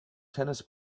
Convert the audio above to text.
tennis